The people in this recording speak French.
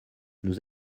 nous